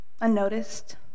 unnoticed